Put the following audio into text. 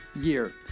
year